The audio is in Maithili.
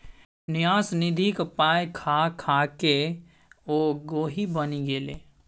न्यास निधिक पाय खा खाकए ओ गोहि बनि गेलै